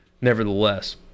nevertheless